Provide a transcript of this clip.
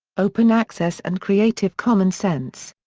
open access and creative common sense.